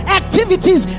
activities